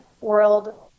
world